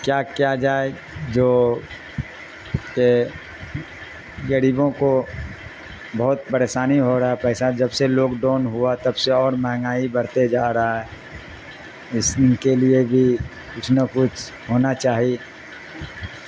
کیا کیا جائے جو کہ غریبوں کو بہت پریشانی ہو رہا ہے پیسہ جب سے لوگڈاؤن ہوا تب سے اور مہنگائی بڑھتے جا رہا ہے اس ان کے لیے بھی کچھ نہ کچھ ہونا چاہیے